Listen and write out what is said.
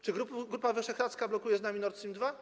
Czy Grupa Wyszehradzka blokuje z nami Nord Stream II?